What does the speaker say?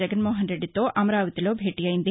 జగన్మోహన్రెడ్డితో అమరావతిలో భేటి అయ్యింది